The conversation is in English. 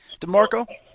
DeMarco